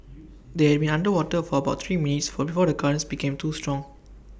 they had been underwater for about three minutes for before the currents became too strong